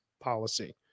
policy